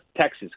Texas